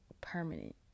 permanent